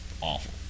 awful